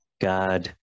God